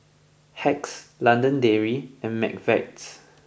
Hacks London Dairy and McVitie's